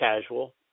casual